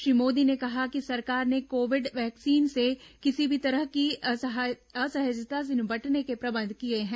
श्री मोदी ने कहा कि सरकार ने कोविड वैक्सीन से किसी भी तरह की असहजता से निपटने के प्रबंध किए हैं